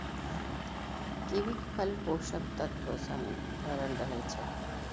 कीवीक फल पोषक तत्व सं भरल रहै छै